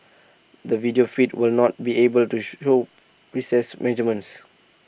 the video feed will not be able to show precise measurements